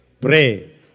Pray